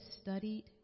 studied